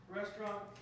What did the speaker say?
Restaurant